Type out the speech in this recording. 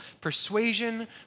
persuasion